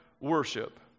Worship